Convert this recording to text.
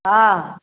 हँ